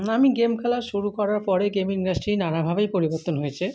আমি গেম খেলা শুরু করার পরে গেম ইন্ডাস্ট্রি নানাভাবেই পরিবর্তন হয়েছে